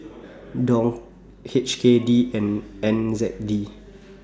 Dong H K D and N Z K D